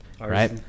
Right